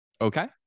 Okay